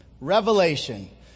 Revelation